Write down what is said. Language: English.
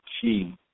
key